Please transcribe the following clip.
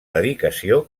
dedicació